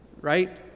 right